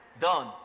Done